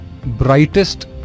Brightest